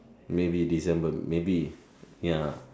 maybe December maybe ya